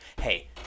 Hey